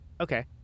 okay